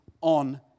on